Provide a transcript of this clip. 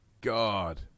God